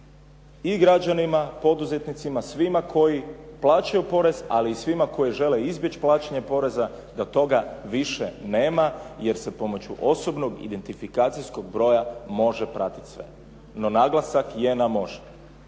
i građanima, poduzetnicima, svima koji plaćaju porez, ali i svima koji žele izbjeći plaćanje poreza da toga više nema, jer se pomoću osobnog identifikacijskog broja može pratiti sve. No naglasak je na može.